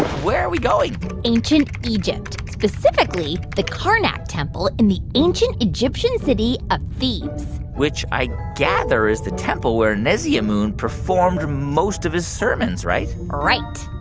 where are we going? ancient egypt, specifically the karnak temple in the ancient egyptian city of thebes which i gather is the temple where nesyamun performed most of his sermons, right? right.